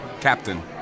captain